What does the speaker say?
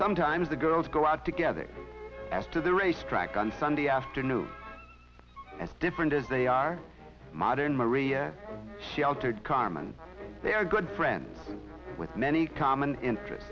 sometimes the girls go out together after the race track on sunday afternoon as different as they are modern maria sheltered carmen they are good friends with many common interest